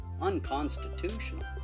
unconstitutional